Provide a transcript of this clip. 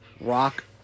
rock